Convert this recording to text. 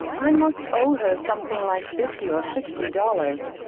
i must owe her something like fifty or sixty dollars.